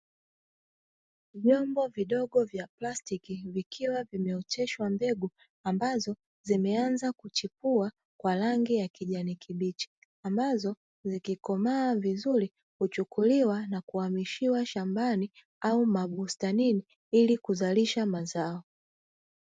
Vyombo vidogo vya plastiki vikiwa vimeoteshwa mbegu ambazo zimeanza kuchipua kwa rangi ya kijani kibichi, ambazo zikikomaa vizuri huchukuliwa na kuhamishiwa shambani au mabustanini, ili kuzalisha mazao.